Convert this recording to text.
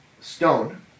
stone